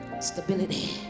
stability